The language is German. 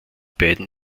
beiden